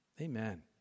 Amen